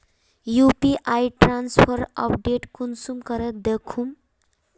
UPI transfer update कुंसम करे दखुम?